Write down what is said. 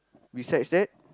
besides that